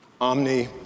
omni